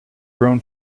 grown